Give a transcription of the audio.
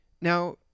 Now